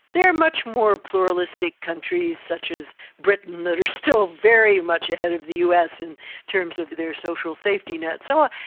there are much more pluralistic countries such as britain that are still very much ahead of the us in terms of their social safety net. so i,